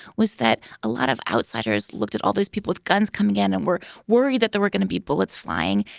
was that a lot of outsiders looked at all those people with guns coming in and were worried that there were gonna be bullets flying.